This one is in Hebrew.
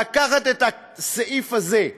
להביא את הסעיף הזה,